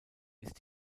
ist